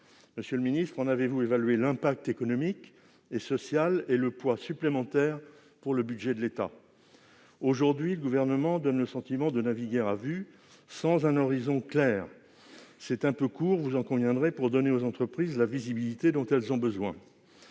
Monsieur le ministre, en avez-vous évalué l'effet économique et social, et le poids supplémentaire pour le budget de l'État ? Aujourd'hui, le Gouvernement donne le sentiment de naviguer à vue, sans un horizon clair. C'est un peu court, vous en conviendrez, pour donner aux entreprises la visibilité dont elles ont besoin.